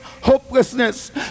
hopelessness